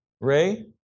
Ray